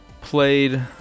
played